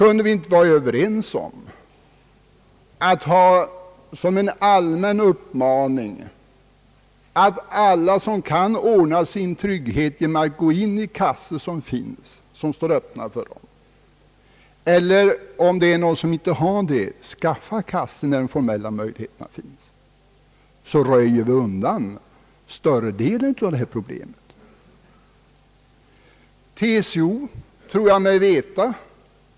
Kunde vi inte vara överens om att röja undan större delen av detta problem genom en allmän uppmaning till alla att ordna sin trygghet genom att gå in i kassor som finns och som står öppna för dem, eller om det är någon som inte har någon kassa skaffa kassor, när de formella möjligheterna finns och på så sätt ge ordentligt andrum för frågans seriösa utredande?